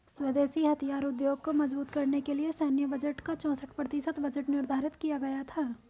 स्वदेशी हथियार उद्योग को मजबूत करने के लिए सैन्य बजट का चौसठ प्रतिशत बजट निर्धारित किया गया था